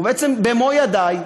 ובעצם במו-ידי,